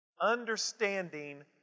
Understanding